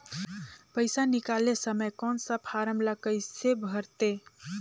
पइसा निकाले समय कौन सा फारम ला कइसे भरते?